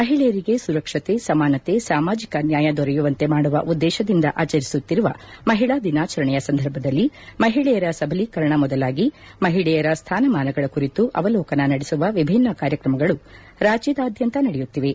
ಮಹಿಳೆಯರಿಗೆ ಸುರಕ್ಷತೆ ಸಮಾನತೆ ಸಾಮಾಜಿಕ ನ್ಯಾಯ ದೊರೆಯುವಂತೆ ಮಾಡುವ ಉದ್ದೇಶದಿಂದ ಆಚರಿಸುತ್ತಿರುವ ಮಹಿಳಾ ದಿನಾಚರಣೆಯ ಸಂದರ್ಭದಲ್ಲಿ ಮಹಿಳೆಯರ ಸಬಲೀಕರಣ ಮೊದಲಾಗಿ ಮಹಿಳೆಯರ ಸ್ವಾನಮಾನಗಳ ಕುರಿತು ಅವಲೋಕನ ನಡೆಸುವ ವಿಭಿನ್ನ ಕಾರ್ಕ್ರಮಗಳು ರಾಜ್ಯದಾದ್ಯಂತ ನಡೆಯುತ್ತಿವೆ